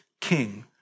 king